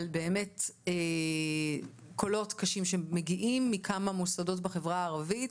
על קולות קשים שמגיעים מכמה מוסדות בחברה הערבית.